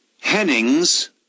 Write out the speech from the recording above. hennings